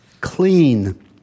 clean